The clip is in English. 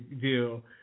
deal